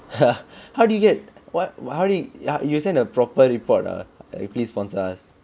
how did you get what how did you you send a proper report ah eh please sponsor us